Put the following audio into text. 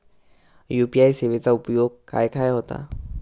UPI सेवेचा उपयोग खाय खाय होता?